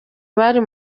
bari